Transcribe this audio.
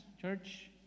church